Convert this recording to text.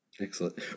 Excellent